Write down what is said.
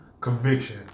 conviction